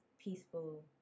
peaceful